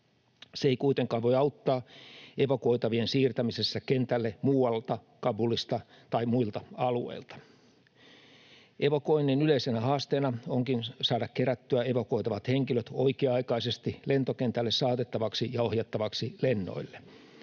Se ei kuitenkaan voi auttaa evakuoitavien siirtämisessä kentälle muualta Kabulista tai muilta alueilta. Evakuoinnin yleisenä haasteena onkin saada kerättyä evakuoitavat henkilöt oikea-aikaisesti lentokentälle saatettavaksi ja ohjattavaksi lennoille.